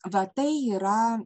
va tai yra